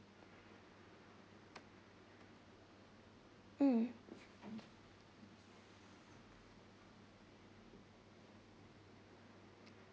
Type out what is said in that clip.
mm